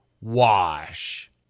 wash